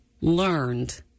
learned